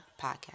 podcast